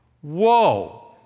Whoa